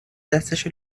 دستشو